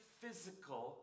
physical